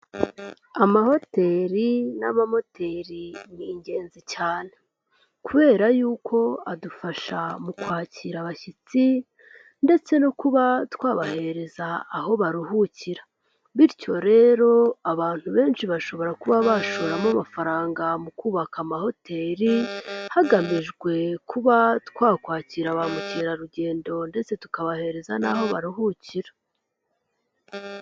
Ama hotel n'ama moteri ni ingenzi cyane, kubera y'uko adufasha mu kwakira abashyitsi ndetse no kuba twabahereza aho baruhukira, bityo rero abantu benshi bashobora kuba bashoramo amafaranga mu kubaka amahoteli, hagamijwe kuba twakwakira ba mukera rugendo ndetse tukabahereza n'aho baruhukira.